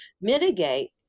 mitigate